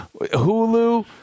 Hulu